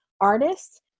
artists